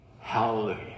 Hallelujah